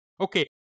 Okay